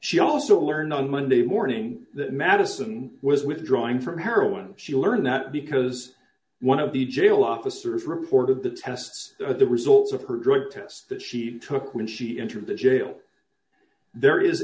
she also learned on monday morning that madison was withdrawing from heroin she learned that because one of the jail officers reported the tests the results of her drug test that she took when she entered the jail there is